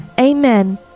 Amen